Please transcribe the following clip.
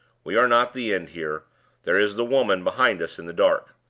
we are not the end here there is the woman behind us in the dark.